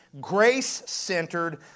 grace-centered